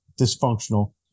dysfunctional